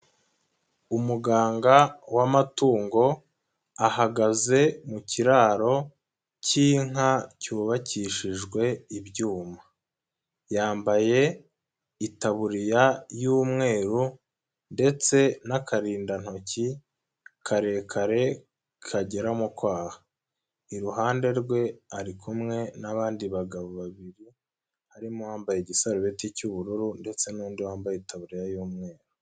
Umuganga w'amatungo ahagaze mu kiraro cy'inka cyubakishijwe ibyuma, yambaye itaburiya y'umweru ndetse n'akarindantoki karekare kagera mu kwaha, iruhande rwe ari kumwe n'abandi bagabo babiri harimo uwambaye igisarubeti cy'ubururu ndetse n'undi wambaye itaburiya y'umweru.